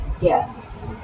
Yes